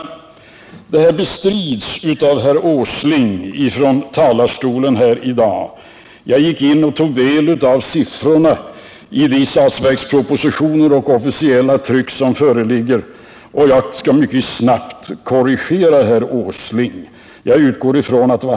Detta har bestritts av herr Åsling här i dag. Jag har tagit del av det officiella tryck som föreligger och skall mycket snabbt korrigera herr Åsling.